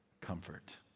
Comfort